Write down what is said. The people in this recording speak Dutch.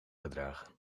gedragen